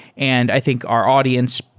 and i think our audience,